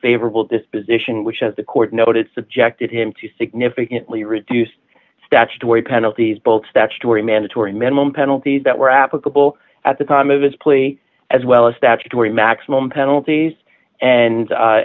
favorable disposition which as the court noted subjected him to significantly reduced statutory penalties both statutory mandatory minimum penalties that were applicable at the time of his plea as well as statutory maximum penalties and